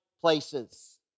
places